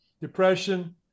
depression